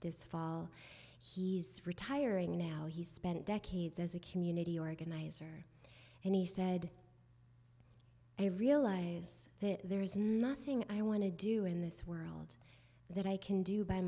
this fall he's retiring now he spent decades as a community organizer and he said i realize there's nothing i want to do in this world that i can do by